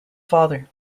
father